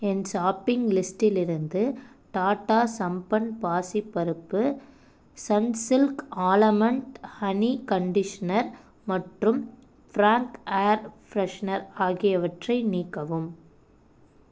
என் shopping லிஸ்டிலிருந்து டாட்டா சம்பன் பாசிப் பருப்பு சன்ஸில்க் ஆலன்மெண்ட் ஹனி கன்டிஷ்னர் மற்றும் ஃப்ராங்க் ஏர் ஃப்ரெஷ்னர் ஆகியவற்றை நீக்கவும்